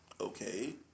okay